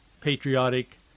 patriotic